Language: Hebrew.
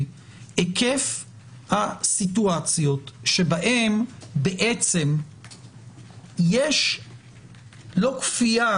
היקף הסיטואציות שבהן בעצם יש לא כפייה,